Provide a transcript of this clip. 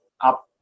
up